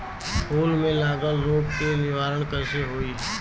फूल में लागल रोग के निवारण कैसे होयी?